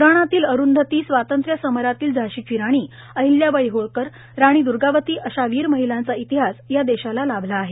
पुराणातील अरुंधती स्वातंत्र्य समरातील झांशीची राणी अहिल्याबाई होळकर राणी दुर्गावती अशा वीर महिलांचा इतिहास या देशाला लाभला आहे